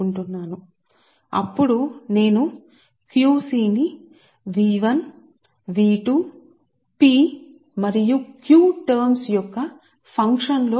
delta తొలగించబడాలి గణిత సమీకరణం లో లో డెల్టా ఉండ కూడదు నేను తెలుసుకోవాలనుకుంటున్నానుQc ని ఇది v1v2 P మరియు Q లతో కూడియున్న ఫంక్షన్